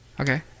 Okay